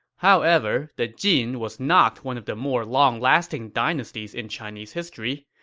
however, the jin was not one of the more long-lasting dynasties in chinese history.